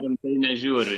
rimtai nežiūriu